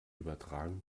übertragen